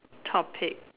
topic